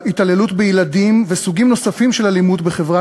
התעללות בילדים וסוגים נוספים של אלימות בחברה